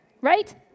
Right